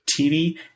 TV